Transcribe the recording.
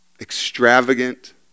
extravagant